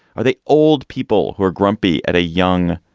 are they old people who are grumpy at a young,